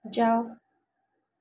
जाओ